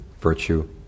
virtue